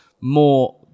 more